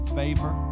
favor